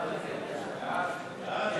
ההצעה להעביר את הצעת חוק העונשין (תיקון,